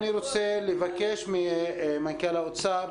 אני רוצה לבקש ממנכ"ל האוצר,